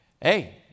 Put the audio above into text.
hey